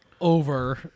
over